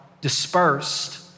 dispersed